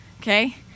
Okay